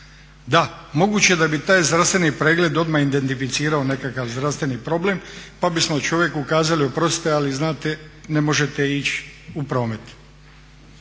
Da, moguće je da bi taj zdravstveni pregled odmah identificirao nekakav zdravstveni problem, pa bismo čovjeku kazali oprostite, ali znate ne možete ići u promet.